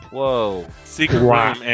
Whoa